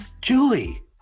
Julie